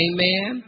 Amen